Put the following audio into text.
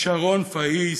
שרון פאיס,